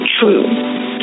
true